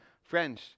French